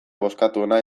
bozkatuena